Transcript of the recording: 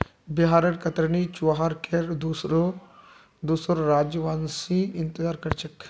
बिहारेर कतरनी चूड़ार केर दुसोर राज्यवासी इंतजार कर छेक